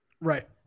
Right